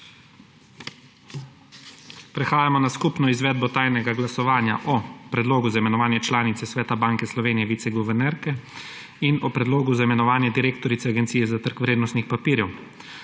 Prehajamo na skupno izvedbo tajnega glasovanja o predlogu za imenovanje članice Sveta Banke Slovenije – viceguvernerke in o predlogu za imenovanje direktorice Agencije za trg vrednostnih papirjev.